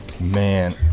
Man